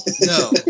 No